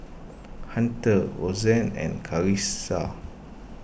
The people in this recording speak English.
Hunter Rosann and Karissa